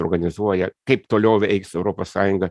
organizuoja kaip toliau veiks europos sąjunga